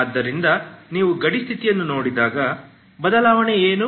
ಆದ್ದರಿಂದ ನೀವು ಗಡಿ ಸ್ಥಿತಿಯನ್ನು ನೀಡಿದಾಗ ಬದಲಾವಣೆ ಏನು